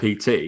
PT